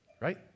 right